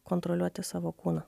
kontroliuoti savo kūną